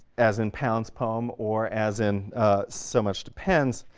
as in pound's poem or as in so much depends,